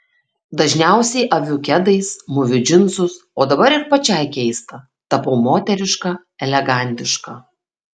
dažniausiai aviu kedais mūviu džinsus o dabar ir pačiai keista tapau moteriška elegantiška